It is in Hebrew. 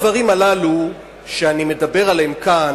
הדברים הללו שאני מדבר עליהם כאן,